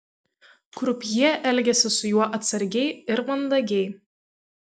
krupjė elgėsi su juo atsargiai ir mandagiai